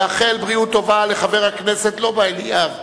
לאחל בריאות טובה לחבר הכנסת לובה אליאב,